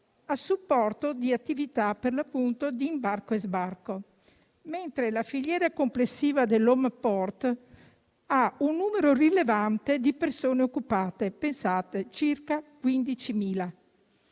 a supporto di attività per l'appunto di imbarco e sbarco, mentre la filiera complessiva dell'*home port* ha un numero rilevante di persone occupate - pensate - circa 15.000.